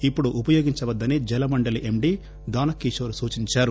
ఇప్పుడు ఉపయోగించవద్దని జలమండలి ఎండి దానకిషోర్ సూచించారు